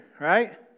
right